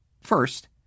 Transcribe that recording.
First